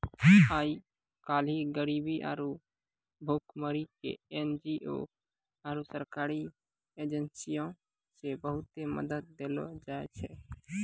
आइ काल्हि गरीबी आरु भुखमरी के एन.जी.ओ आरु सरकारी एजेंसीयो से बहुते मदत देलो जाय छै